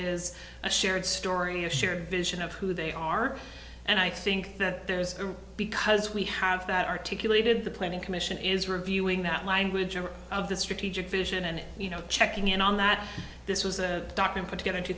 is a shared story a shared vision of who they are and i think that there is because we have that articulated the planning commission is reviewing that language or of the strategic vision and you know checking in on that this was a doctrine put together